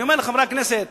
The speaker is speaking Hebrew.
אני אומר לחברי הכנסת,